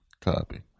Copy